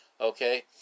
Okay